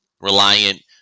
reliant